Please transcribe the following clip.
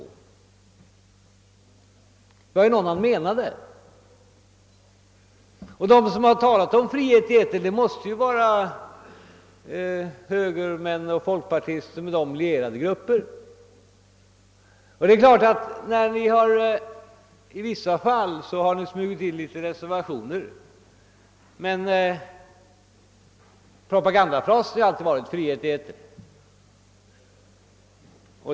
Vad är det då han avsåg? De som har talat om frihet i etern måste vara högermän och folkpartister och med dem lierade grupper. Det är klart att det i vissa fall har smugit sig in en del reservationer, men propagandafrasen har alltid varit frihet i etern.